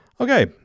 Okay